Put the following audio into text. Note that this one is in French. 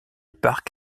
parc